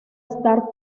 estar